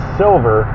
silver